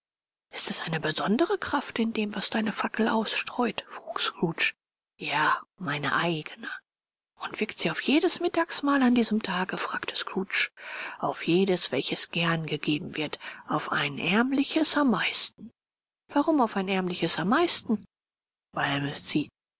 ist eine besondere kraft in dem was deine fackel ausstreut frug scrooge ja meine eigene und wirkt sie auf jedes mittagsmahl an diesem tage fragte scrooge auf jedes welches gern gegeben wird auf ein ärmliches am meisten warum auf ein ärmliches am meisten weil das sie